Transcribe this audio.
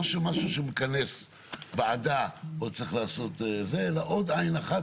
לא שמשהו שמכנס ועדה, אלא עוד עין אחת